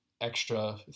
extra